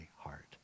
heart